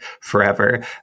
forever